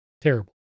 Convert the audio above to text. terrible